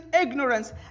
ignorance